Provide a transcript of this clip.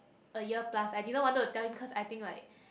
a year plus I didn't wanted to tell him cause I think like